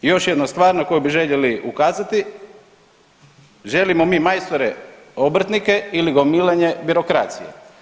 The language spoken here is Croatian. I još jedna stvar na koju bi željeli ukazati, želimo mi majstore obrtnike ili gomilanje birokracije.